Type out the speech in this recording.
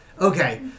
Okay